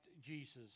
Jesus